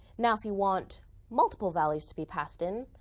now if you want multiple values to be passed in,